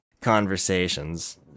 conversations